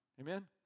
Amen